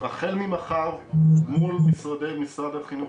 החל ממחר, מול משרד החינוך.